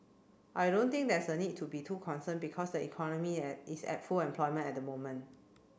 I don't think there's a need to be too concern because the economy at is at full employment at the moment